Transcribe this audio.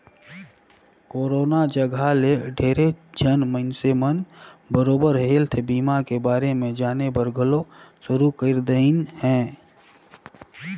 corona जघा ले ढेरेच झन मइनसे मन बरोबर हेल्थ बीमा के बारे मे जानेबर घलो शुरू कर देहिन हें